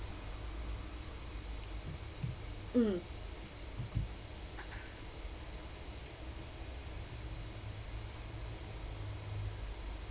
mm